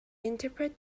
interpret